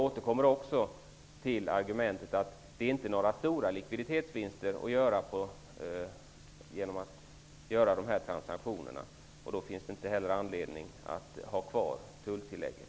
Det finns inte några stora likviditetsvinster att göra genom dessa transaktioner. Därför finns det inte heller anledning att ha kvar tulltillägget.